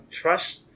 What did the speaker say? trust